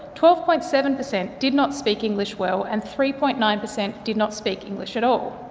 twelve point seven per cent did not speak english well, and three point nine per cent did not speak english at all.